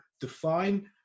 define